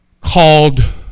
called